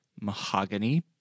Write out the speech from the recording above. mahogany